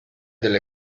delle